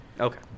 Okay